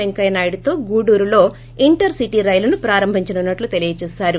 పెంకయ్య నాయుడుతో గూడూరులో intercity రైలును ప్రారంభించనున్నట్లు తెలిజేశారు